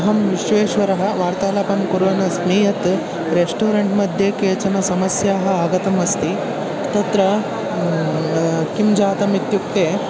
अहं विश्वेश्वरः वार्तालापं कुर्वन् अस्मि यत् रेस्टोरेण्ट् मध्ये काश्चन समस्याः आगताः अस्ति तत्र किं जातम् इत्युक्ते